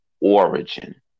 origin